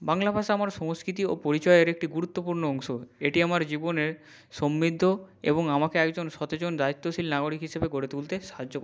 বাংলা ভাষা আমার সংস্কৃতি ও পরিচয়ের একটি গুরুত্বপূর্ণ অংশ এটি আমার জীবনের সমৃদ্ধ এবং আমাকে একজন সচেতন দায়িত্বশীল নাগরিক হিসেবে গড়ে তুলতে সাহায্য